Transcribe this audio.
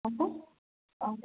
ಆಯಿತಾ ಓಕೆ